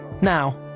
Now